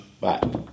Bye